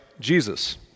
Jesus